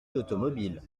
d’automobile